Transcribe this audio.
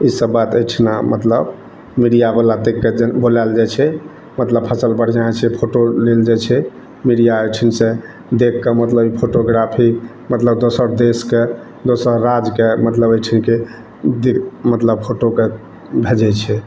इसब बात एहिठाम मतलब मीडिया बला देखके जब बोलाएल जाइ छै मतलब फसल बढ़िऑं छै तऽ फोटो लेल जाइ छै मीडिया एहिठामसॅं देख कऽ मतलब फोटोग्राफी मतलब दोसर देशके दोसर राज्यके मतलब एहिठामके ओ जे मतलब फोटो के भेजै छै